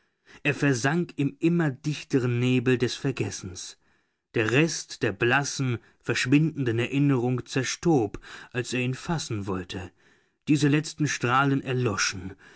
er versank im immer dichteren nebel des vergessens der rest der blassen verschwindenden erinnerung zerstob als er ihn fassen wollte diese letzten strahlen erloschen